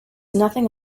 nothing